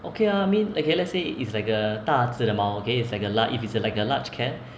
okay ah I mean okay let's say it's like a 大只的猫 okay it's like a la~ if it's like a large cat